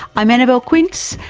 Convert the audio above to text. i'm annabelle quince,